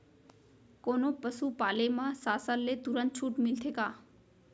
कोनो पसु पाले म शासन ले तुरंत छूट मिलथे का?